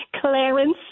Clarence